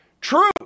true